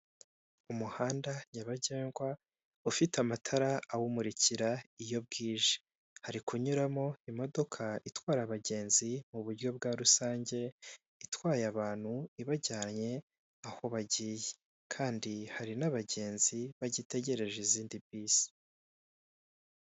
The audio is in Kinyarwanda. Umuhanda nyabagendwa ufite amatara awumurikira iyo bwije, hari kunyuramo imodoka itwara abagenzi mu buryo bwa rusange, itwaye abantu ibajyanye aho bagiye kandi hari n'abagenzi bagitegereje izindi bisi.